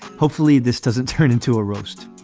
hopefully this doesn't turn into a roast.